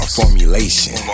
formulation